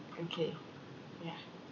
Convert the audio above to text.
okay yeah